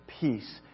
peace